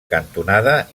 cantonada